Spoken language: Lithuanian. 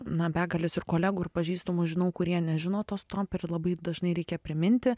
na begales ir kolegų ir pažįstamų žinau kurie nežino to stop ir labai dažnai reikia priminti